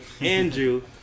Andrew